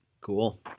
Cool